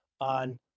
on